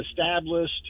established